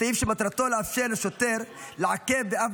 סעיף שמטרתו לאפשר לשוטר לעכב ואף